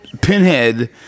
Pinhead